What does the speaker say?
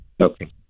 Okay